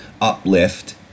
uplift